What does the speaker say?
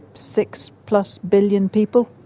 six plus billion people,